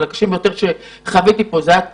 אנחנו מצפים ש-28 מיליון שקלים שיועברו לרשות